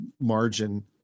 margin